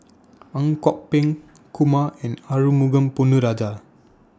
Ang Kok Peng Kumar and Arumugam Ponnu Rajah